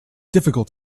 difficult